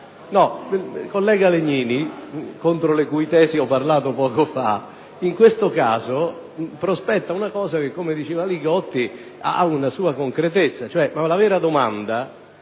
Il collega Legnini, contro le cui tesi ho parlato poco fa, in questo caso prospetta una cosa che - come diceva il senatore Li Gotti - ha una sua concretezza. La vera domanda